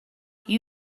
you